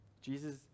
Jesus